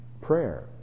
Prayer